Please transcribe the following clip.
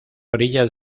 orillas